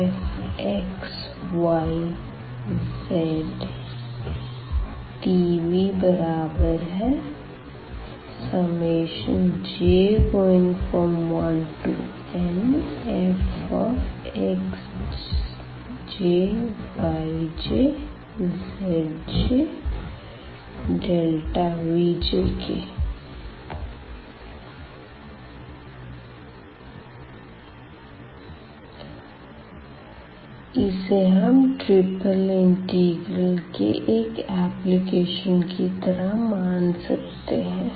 VfxyzdVj1nfxjyjzjVj इसे हम triple integral के एक एप्लीकेशन की तरह मान सकते है